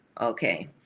okay